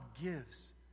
gives